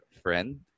friend